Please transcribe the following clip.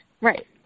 right